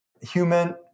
human